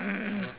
mm